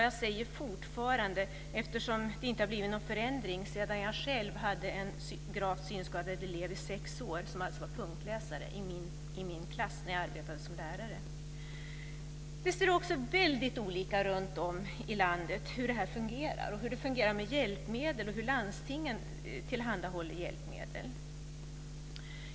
Jag säger "fortfarande", eftersom det inte har blivit någon förändring sedan jag själv i min klass hade en gravt synskadad elev i sex år som alltså var punktläsare när jag arbetade som lärare. Det ser också väldigt olika ut runtom i landet när det gäller hur det fungerar med hjälpmedel och hur landstingen tillhandahåller hjälpmedel.